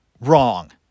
Wrong